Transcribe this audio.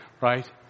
right